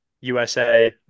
USA